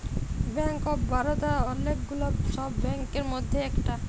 bank of Baroda ওলেক গুলা সব ব্যাংকের মধ্যে ইকটা